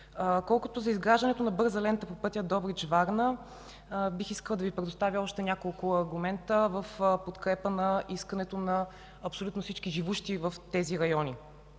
Колкото до изграждането на бърза лента по пътя Добрич – Варна, бих искала да Ви предоставя още няколко аргумента в подкрепа на искането на абсолютно всички живущи в тези райони.